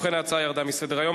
ובכן, ההצעה ירדה מסדר-היום.